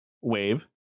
wave